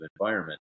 environment